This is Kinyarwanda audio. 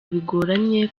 bigoranye